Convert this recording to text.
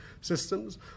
systems